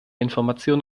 information